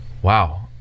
wow